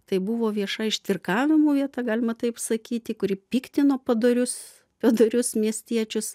tai buvo vieša ištvirkavimų vieta galima taip sakyti kuri piktino padorius padorius miestiečius